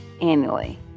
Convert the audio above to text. annually